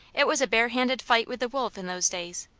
it was a bare-handed fight with the wolf in those days.